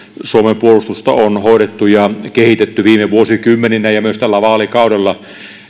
suomen puolustusta on hoidettu ja kehitetty viime vuosikymmeninä ja myös tällä vaalikaudella